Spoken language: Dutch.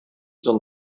dan